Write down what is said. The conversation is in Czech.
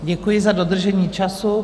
Děkuji za dodržení času.